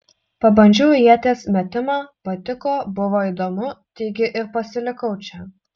pabandžiau ieties metimą patiko buvo įdomu taigi ir pasilikau čia